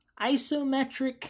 isometric